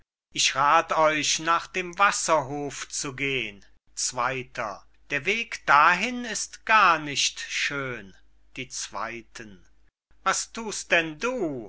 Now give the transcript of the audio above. ich rath euch nach dem wasserhof zu gehn zweyter der weg dahin ist gar nicht schön die zweyten was thust denn du